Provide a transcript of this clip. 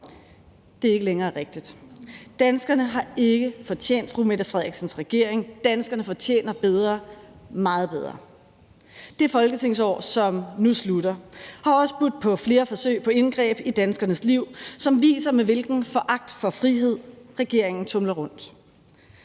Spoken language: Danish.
Det er ikke længere rigtigt. Danskerne har ikke fortjent fru Mette Frederiksens regering, danskerne fortjener bedre, meget bedre. Det folketingsår, som nu slutter, har også budt på flere forsøg på indgreb i danskernes liv, som viser, med hvilken foragt for frihed regeringen tumler rundt.